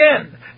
again